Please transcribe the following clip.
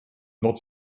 not